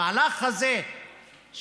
המהלך הזה של